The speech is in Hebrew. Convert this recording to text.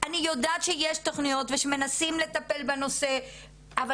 אני יודעת שיש תוכניות ושמנסים לטפל בנושא אבל